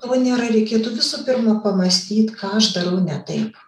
to nėra reikėtų visų pamąstyt ką aš darau ne taip